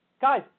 Guys